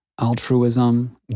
Altruism